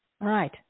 right